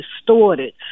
distorted